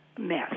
mess